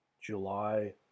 July